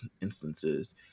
instances